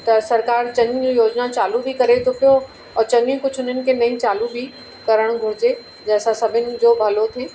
त सरकार चङियूं योजना चालू बि करे थो पियो ऐं चङियूं कुछ उन्हनि खे नई चालू बि करणु घुरिजे जें सां सभिनि जो भलो थिए